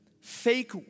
fake